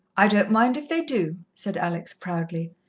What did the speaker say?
i don't mind if they do, said alex proudly,